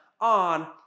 on